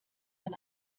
man